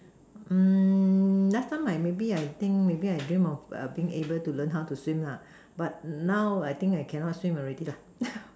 em nothing maybe I think maybe I dream of being able to learn how to sing la but now I think I can't sing any already la